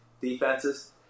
defenses